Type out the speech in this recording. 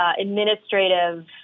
administrative